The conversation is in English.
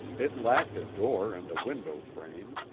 it lacked a door and a window frame,